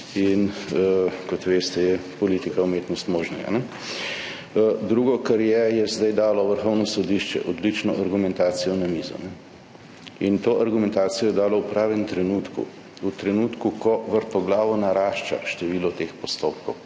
In kot veste, je politika umetnost možnega. Drugo, kar je. Zdaj je dalo Vrhovno sodišče odlično argumentacijo na mizo. In to argumentacijo je dalo v pravem trenutku, v trenutku, ko vrtoglavo narašča število teh postopkov,